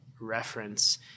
reference